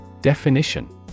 Definition